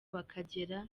bakagera